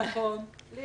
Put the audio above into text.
מכיוון שיש לי